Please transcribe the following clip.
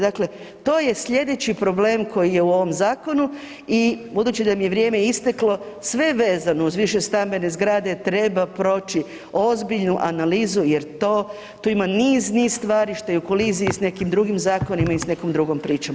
Dakle, to je sljedeći problem koji je u ovom zakonu i budući da mi je vrijeme isteklo, sve vezano uz više stambene zgrade treba proći ozbiljnu analizu jer tu ima niz, niz stvari što je u koliziji s nekim drugim zakonima i s nekom drugom pričom.